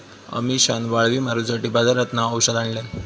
अमिशान वाळवी मारूसाठी बाजारातना औषध आणल्यान